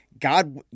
God